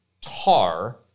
tar